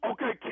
Okay